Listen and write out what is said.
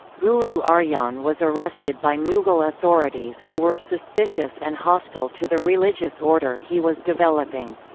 guru arjan was arrested by mughal authorities who were suspicious and hostile to the religious order he was developing.